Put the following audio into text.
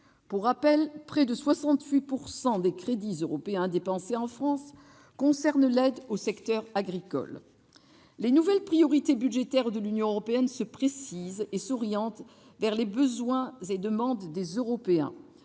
Pour rappel, près de 68 % des crédits européens dépensés en France relèvent de l'aide au secteur agricole. Les nouvelles priorités budgétaires de l'Union européenne se précisent et s'orientent vers les besoins et demandes des Européens